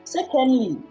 Secondly